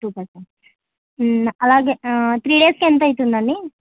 two persons అలాగే three డేస్కి ఎంత అవుతుందండి